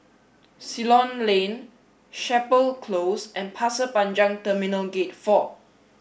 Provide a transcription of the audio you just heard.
Ceylon Lane Chapel Close and Pasir Panjang Terminal Gate four